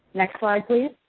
next slide, please.